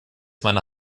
meiner